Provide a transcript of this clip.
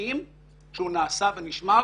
משוכנעים שהוא נעשה ונשמר